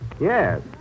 Yes